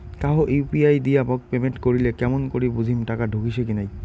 কাহো ইউ.পি.আই দিয়া মোক পেমেন্ট করিলে কেমন করি বুঝিম টাকা ঢুকিসে কি নাই?